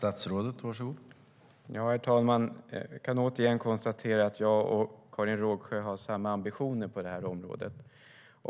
Herr talman! Jag kan återigen konstatera att jag och Karin Rågsjö har samma ambitioner på det här området.